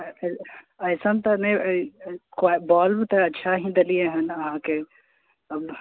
ऐसन तऽ नहि अछि बल्व तऽ अच्छा ही देलियै हन अहाँके आब